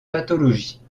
pathologies